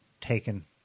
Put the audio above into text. taken